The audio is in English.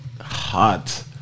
hot